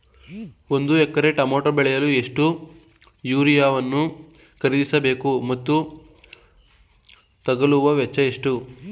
ಒಂದು ಎಕರೆ ಟಮೋಟ ಬೆಳೆಯಲು ಎಷ್ಟು ಯೂರಿಯಾವನ್ನು ಖರೀದಿಸ ಬೇಕು ಮತ್ತು ತಗಲುವ ವೆಚ್ಚ ಎಷ್ಟು?